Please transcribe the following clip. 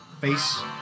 face